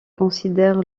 considère